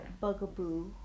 bugaboo